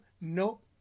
Nope